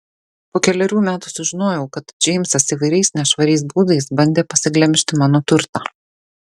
po kelerių metų sužinojau kad džeimsas įvairiais nešvariais būdais bandė pasiglemžti mano turtą